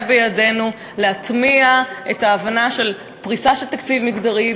בידינו להטמיע את ההבנה של פריסה של תקציב מגדרי,